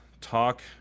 talk